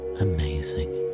amazing